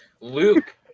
Luke